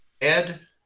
Ed